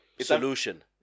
solution